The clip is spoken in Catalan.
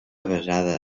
avesada